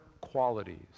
qualities